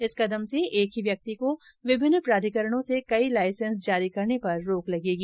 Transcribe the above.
इस कदम से एक ही व्यक्ति को विभिन्न प्राधिकरणों से कई लाइसेंस जारी करने पर रोक लगेगी